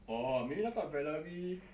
orh maybe 那个 valerie